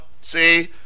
see